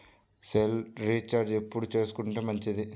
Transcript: Cell recharge ఎప్పుడు చేసుకొంటే మంచిది?